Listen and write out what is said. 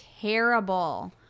terrible